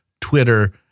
Twitter